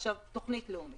עכשיו בואו